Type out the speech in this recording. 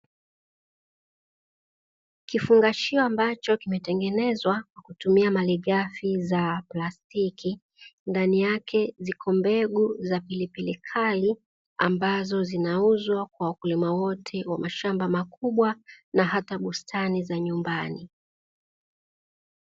Kifungashio ambacho kimetengenezwa kwakutumia malighafi za plastiki, ndani yake zipo mbegu za pilipili kali ambazo zinauzwa kwa wakulima wote wa mashamba makubwa na hata bustani za nyumbani.